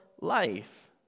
life